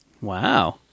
Wow